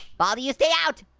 baldi, you stay out.